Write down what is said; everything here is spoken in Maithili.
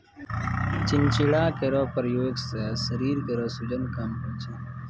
चिंचिड़ा केरो प्रयोग सें शरीर केरो सूजन कम होय छै